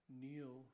kneel